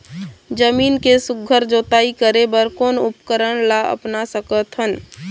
जमीन के सुघ्घर जोताई करे बर कोन उपकरण ला अपना सकथन?